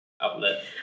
outlet